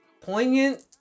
poignant